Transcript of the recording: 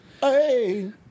Hey